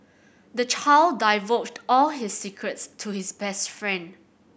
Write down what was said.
the child divulged all his secrets to his best friend